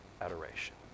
adoration